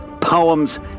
poems